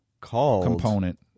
component